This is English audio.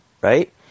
Right